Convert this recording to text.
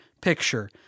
picture